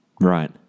Right